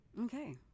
Okay